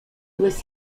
was